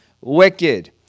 wicked